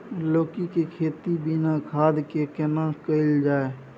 लौकी के खेती बिना खाद के केना कैल जाय?